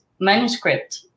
manuscript